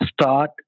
Start